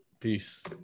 Peace